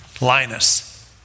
Linus